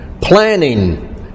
Planning